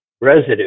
residue